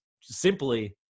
simply